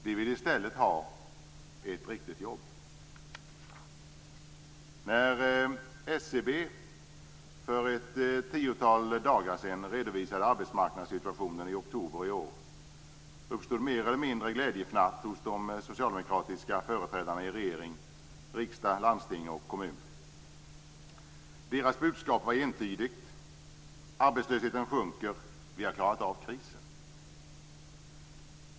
De vill i stället ha ett riktigt jobb. När SCB för ett tiotal dagar sedan redovisade arbetsmarknadssituationen i oktober i år uppstod mer eller mindre glädjefnatt hos de socialdemokratiska företrädarna i regering, riksdag, landsting och kommun. Deras budskap var entydigt. Arbetslösheten sjunker. Vi har klarat av krisen.